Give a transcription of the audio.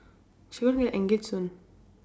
she going to get engaged soon